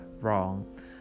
wrong